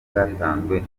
bwatanzwe